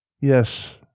Yes